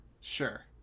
Sure